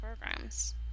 programs